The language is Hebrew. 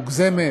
מוגזמת,